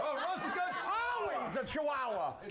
rosie goes chihuahua.